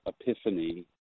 epiphany